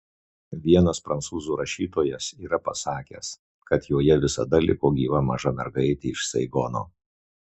vienas prancūzų rašytojas yra pasakęs kad joje visada liko gyva maža mergaitė iš saigono